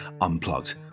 Unplugged